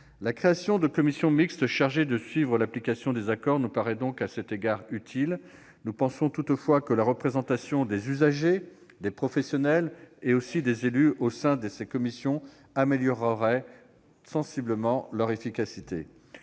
La création de commissions mixtes chargées de suivre l'application des accords nous apparaît à cet égard utile. Nous pensons toutefois que la représentation des usagers, des professionnels et des élus au sein de ces commissions améliorerait sensiblement leur efficacité.